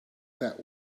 that